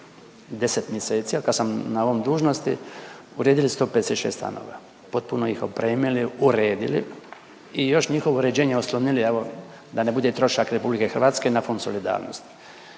10 mjeseci od kad sam na ovoj dužnosti uredili 156 stanova, potpuno ih opremili, uredili i još njihovo uređenje oslonili evo da ne bude trošak RH na Fond solidarnosti.